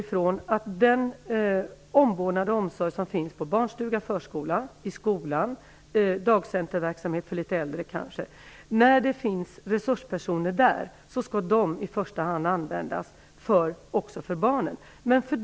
I fråga om den omvårdnad och omsorg som finns på barnstuga, förskola, i skolan och kanske inom dagcenterverksamhet för litet äldre utgår vi från att resurspersoner i första hand skall användas om sådana finns inom verksamheten.